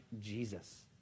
Jesus